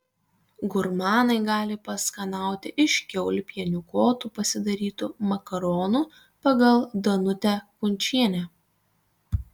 gurmanai gali paskanauti iš kiaulpienių kotų pasidarytų makaronų pagal danutę kunčienę